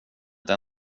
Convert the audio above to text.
inte